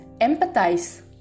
Empathize